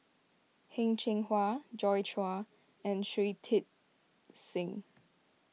Heng Cheng Hwa Joi Chua and Shui Tit Sing